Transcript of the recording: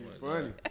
funny